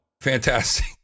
fantastic